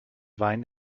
wein